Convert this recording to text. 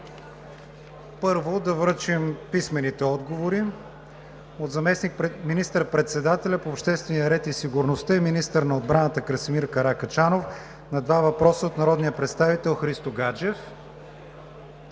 отговори. Писмени отговори от: - заместник-министър председателя по обществения ред и сигурността и министър на отбраната Красимир Каракачанов на два въпроса от народния представител Христо Гаджев;